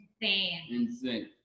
Insane